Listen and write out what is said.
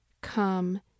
come